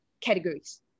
categories